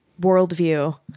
worldview